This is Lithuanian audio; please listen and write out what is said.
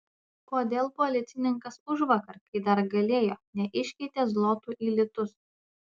kodėl policininkas užvakar kai dar galėjo neiškeitė zlotų į litus